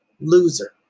Loser